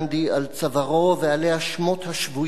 ועליה שמות השבויים והנעדרים.